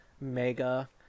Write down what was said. Mega